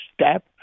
step